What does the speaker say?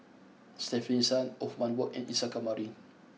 Stefanie Sun Othman Wok and Isa Kamari